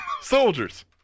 soldiers